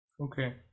okay